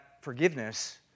forgiveness